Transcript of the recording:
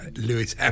Lewis